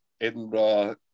Edinburgh